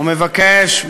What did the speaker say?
ומבקש,